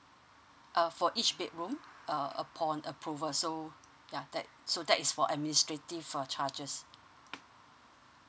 uh for each bedroom uh upon approval so yup that so that is for administrative uh charges